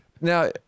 Now